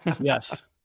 yes